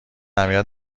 اهمیت